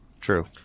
True